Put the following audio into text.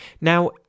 Now